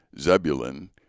Zebulun